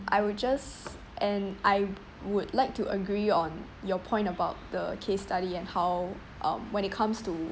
I will just and I would like to agree on your point about the case study and how um when it comes to